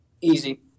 Easy